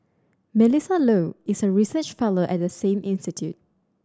Melissa Low is a research fellow at the same institute